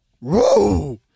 Whoa